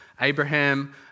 Abraham